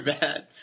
bad